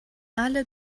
alle